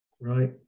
right